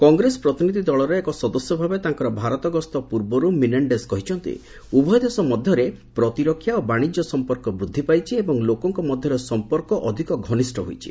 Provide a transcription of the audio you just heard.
କଂଗ୍ରେସ ପ୍ରତିନିଧି ଦଳର ଏକ ସଦସ୍ୟଭାବେ ତାଙ୍କର ଭାରତ ଗସ୍ତ ପୂର୍ବର୍ତ୍ତ ମିନେଶ୍ଡେଜ୍ କହିଛନ୍ତି ଉଭୟ ଦେଶ ମଧ୍ୟରେ ପ୍ରତିରକ୍ଷା ଓ ବାଣିଜ୍ୟ ସମ୍ପର୍କ ବୃଦ୍ଧିପାଇଛି ଏବଂ ଲୋକଙ୍କ ମଧ୍ୟରେ ସମ୍ପର୍କ ଅଧିକ ଘନିଷ୍ଠ ହୋଇଛି